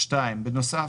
בנוסף